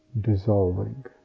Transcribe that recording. dissolving